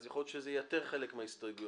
אז יכול להיות שזה ייתר חלק מההסתייגויות.